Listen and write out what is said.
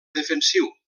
defensiu